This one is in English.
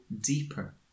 deeper